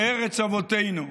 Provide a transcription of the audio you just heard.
בארץ אבותינו.